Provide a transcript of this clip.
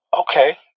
Okay